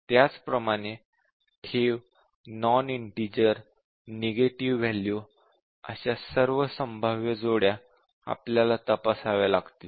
त्याचप्रमाणे ठेव non integer negative value अशा सर्व संभाव्य जोड्या आपल्याला तपासाव्या लागतील